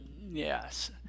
Yes